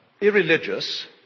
irreligious